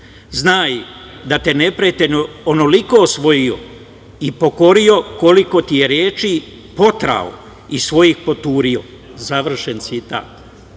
znaj da te je neprijatelj onoliko osvojio i pokorio koliko ti je reči potrao i svojih poturio, završen citat.“U